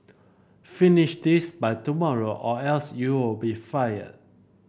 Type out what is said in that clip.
finish this by tomorrow or else you'll be fired